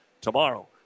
tomorrow